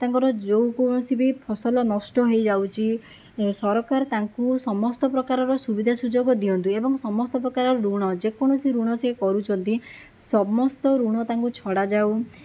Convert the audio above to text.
ତାଙ୍କର ଯେଉଁ କୋଣସି ବି ଫସଲ ନଷ୍ଟ ହୋଇଯାଉଛି ସରକାର ତାଙ୍କୁ ସମସ୍ତ ପ୍ରକାରର ସୁବିଧା ସୁଯୋଗ ଦିଅନ୍ତୁ ଏବଂ ସମସ୍ତ ପ୍ରକାରର ଋଣ ଯେକୌଣସି ଋଣ ସେ କରୁଛନ୍ତି ସମସ୍ତ ଋଣ ତାଙ୍କୁ ଛଡ଼ାଯାଉ